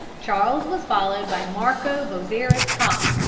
charles was followed by marco bozzaris cobb,